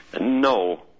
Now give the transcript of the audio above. No